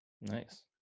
Nice